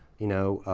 you know,